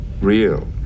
Real